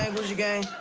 and gucci gang.